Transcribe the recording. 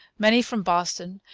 many from boston,